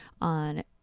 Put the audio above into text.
on